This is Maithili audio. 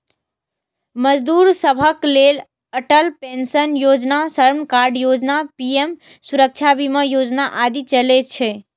मजदूर सभक लेल अटल पेंशन योजना, श्रम कार्ड योजना, पीएम सुरक्षा बीमा योजना आदि चलै छै